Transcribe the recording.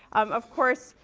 of course,